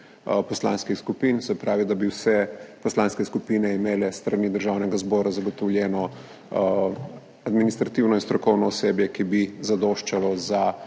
poslanskih skupin. Se pravi da bi imele vse poslanske skupine s strani Državnega zbora zagotovljeno administrativno in strokovno osebje, ki bi zadoščalo za